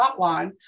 hotline